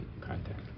contact